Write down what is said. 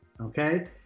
okay